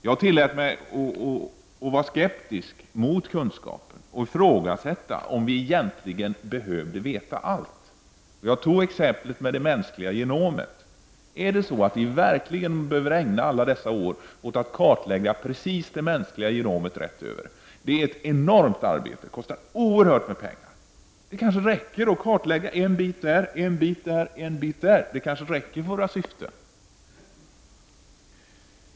Jag tillät mig att vara skeptisk mot kunskapen och att ifrågasätta om vi egentligen behöver veta allt. Jag tog exemplet med det mänskliga genomet. Behöver vi verkligen ägna alla dessa år åt att kartlägga det mänskliga genomet precis rätt över? Det är ett enormt arbete. Det kostar oerhört mycket pengar. Det kanske räcker att kartlägga en bit här och en bit där. Det kanske räcker för våra syften.